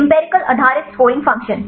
empirical आधारित scoring function